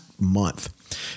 month